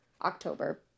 October